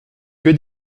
que